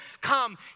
Come